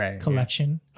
collection